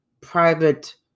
private